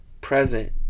Present